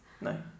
No